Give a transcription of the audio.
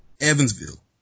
Evansville